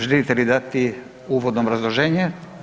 Želite li dati uvodno obrazloženje?